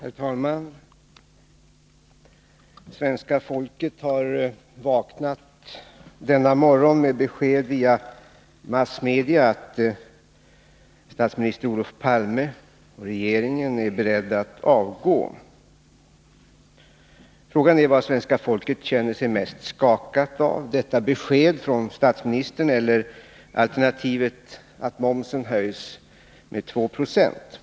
Herr talman! Svenska folket har vaknat denna morgon med besked via massmedia att statsminister Olof Palme och regeringen är beredda att avgå. Frågan är vad svenska folket känner sig mest skakat av, detta besked från statsministern eller alternativet att momsen höjs med 2 96.